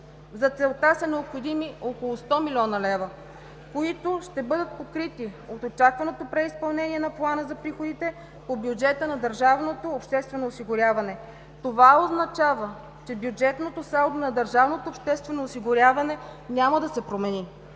За целта са необходими около 100 млн. лв., които ще бъдат покрити от очакваното преизпълнение на плана за приходите по бюджета на държавното обществено осигуряване. Това означава, че бюджетното салдо на държавното обществено осигуряване няма да се промени.